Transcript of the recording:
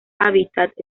hábitat